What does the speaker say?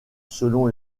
selon